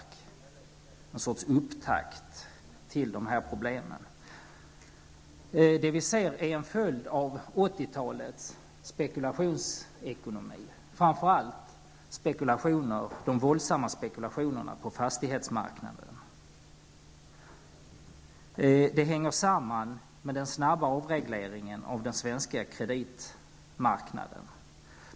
Det kan ses som en sorts upptakt till de här problemen. Det vi ser är en följd av 80-talets spekulationsekonomi, framför allt de våldsamma spekulationerna på fastighetsmarknaden. Det hänger samman med den snabba avregleringen av den svenska kreditmarknaden.